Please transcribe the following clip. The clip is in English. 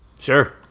Sure